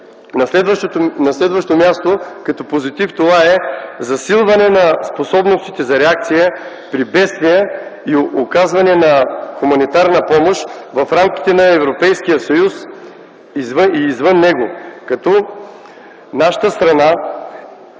На следващо място като позитив, това е засилване на способностите за реакция при бедствия и оказване на хуманитарна помощ в рамките на Европейския съюз и извън него, като нашата страна